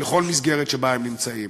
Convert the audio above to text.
לכל מסגרת שבה הם נמצאים.